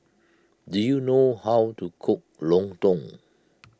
do you know how to cook Lontong